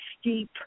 steep